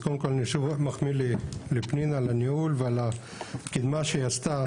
אז קודם כל אני שוב מחמיא לפנינה על הניהול ועל הקידמה שהיא עשתה.